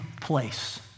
place